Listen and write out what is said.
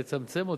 לצמצם אותם.